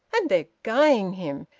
and they're guying him!